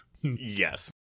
Yes